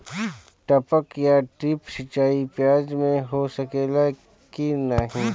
टपक या ड्रिप सिंचाई प्याज में हो सकेला की नाही?